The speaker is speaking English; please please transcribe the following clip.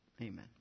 Amen